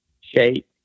shape